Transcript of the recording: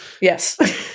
Yes